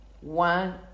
one